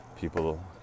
people